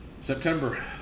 September